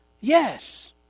yes